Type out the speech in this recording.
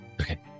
Okay